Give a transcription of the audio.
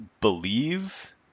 believe